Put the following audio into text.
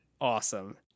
awesome